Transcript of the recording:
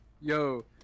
Yo